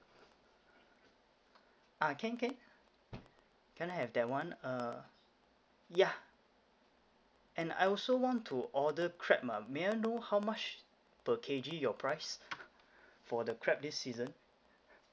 ah can can can I have that one uh yeah and I also want to order crab ah may I know how much per K_G your price for the crab this season